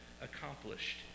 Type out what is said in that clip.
accomplished